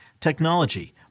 technology